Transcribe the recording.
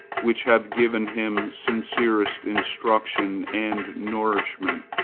which have given him sincerest instruction and nourishment,